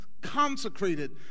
consecrated